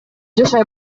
жашай